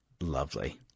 Lovely